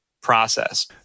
process